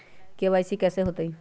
KYC कैसे होतई?